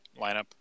lineup